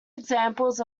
examples